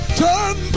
turn